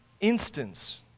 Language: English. instance